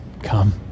come